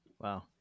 wow